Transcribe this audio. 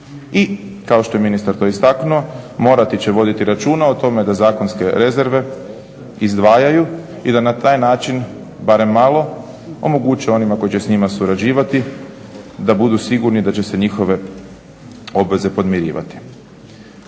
i kao što je to ministar istaknuo, morati će voditi računa o tome da zakonske rezerve izdvajaju i da na taj način barem malo omoguće onima koji će s njima surađivati da budu sigurni da će se njihove obveze podmirivati.